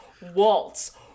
waltz